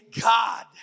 God